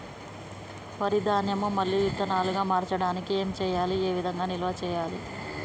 వరి ధాన్యము మళ్ళీ విత్తనాలు గా మార్చడానికి ఏం చేయాలి ఏ విధంగా నిల్వ చేయాలి?